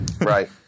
Right